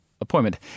appointment